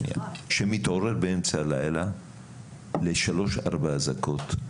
שנייה שמתעורר באמצע הלילה לשלוש-ארבע אזעקות.